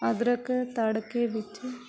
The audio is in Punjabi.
ਅਦਰਕ ਤੜਕੇ ਵਿੱਚ